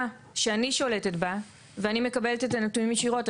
שאני שולטת בה ואני מקבלת את הנתונים ישירות.